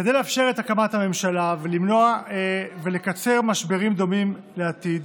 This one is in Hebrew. כדי לאפשר את הקמת הממשלה ולקצר משברים דומים בעתיד